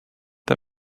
the